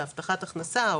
בהבטחת הכנסה,